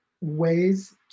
ways